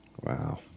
Wow